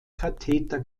katheter